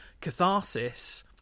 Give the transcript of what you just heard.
catharsis